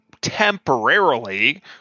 temporarily